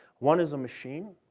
one is a machine,